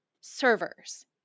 Servers